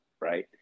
right